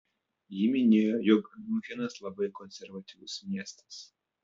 ji minėjo jog miunchenas labai konservatyvus miestas